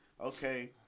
okay